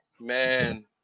Man